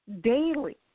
daily